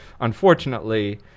unfortunately